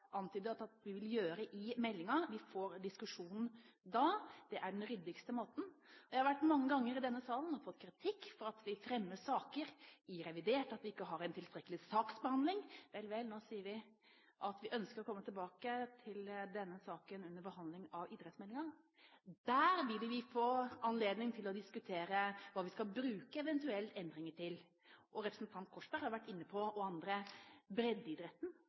vi vil gjøre. Vi får diskusjonen da, det er den ryddigste måten. Jeg har vært mange ganger i denne salen og fått kritikk for at vi fremmer saker i revidert nasjonalbudsjett, at vi ikke har en tilstrekkelig saksbehandling. Vel, vel, nå sier vi at vi ønsker å komme tilbake til denne saken under behandlingen av idrettsmeldingen. Der vil vi få anledning til å diskutere hva vi skal bruke eventuelle endringer til. Representanten Korsberg og andre har vært inne på breddeidretten, slik at barn og